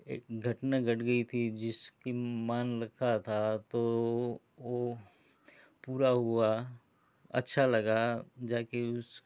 एक घटना घट गई थी जिसकी मान रखा था तो वो पूरा हुआ अच्छा लगा जा कर उसको